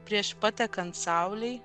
prieš patekant saulei